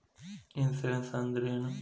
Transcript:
Insurance ಅಂದ್ರ ಏನು?